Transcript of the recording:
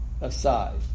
aside